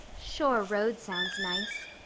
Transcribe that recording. shore road sounds nice,